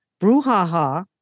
brouhaha